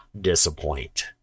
disappoint